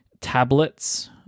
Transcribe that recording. tablets